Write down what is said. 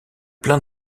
plein